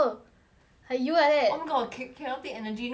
like you like that oh my god ca~ cannot take energy no that's cas